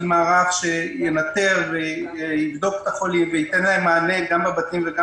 מערך שינטר ויבדוק את החולים וייתן להם מענה גם בבתים וגם